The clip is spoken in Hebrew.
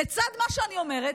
לצד מה שאני אומרת,